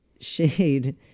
shade